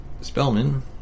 Spellman